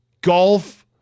Golf